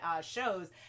shows